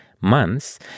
months